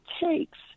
takes